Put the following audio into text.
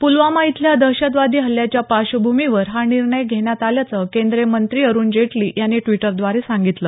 पुलवामा इथल्या दहशतवादी हल्ल्याच्या पार्श्वभूमीवर हा निर्णय घेण्यात आल्याचं केंद्रीय मंत्री अरुण जेटली यांनी द्विटरद्वारे सांगितलं